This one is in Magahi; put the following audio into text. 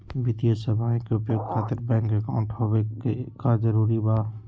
वित्तीय सेवाएं के उपयोग खातिर बैंक अकाउंट होबे का जरूरी बा?